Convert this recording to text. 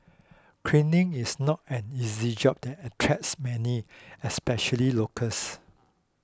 cleaning is not an easy job that attracts many especially locals